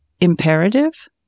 imperative